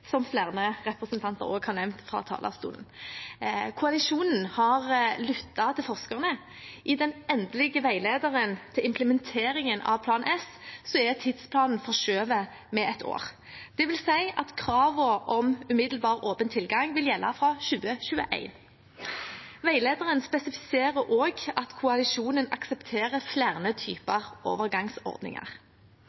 også flere representanter har nevnt fra talerstolen. Koalisjonen har lyttet til forskerne. I den endelige veilederen til implementeringen av Plan S er tidsplanen forskjøvet med ett år, dvs. at kravene om umiddelbar åpen tilgang vil gjelde fra 2021. Veilederen spesifiserer også at koalisjonen aksepterer flere